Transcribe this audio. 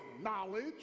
knowledge